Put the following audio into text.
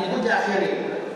בניגוד לאחרים,